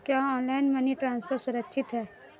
क्या online money transfer सुरक्षित है?